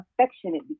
affectionate